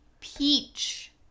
Peach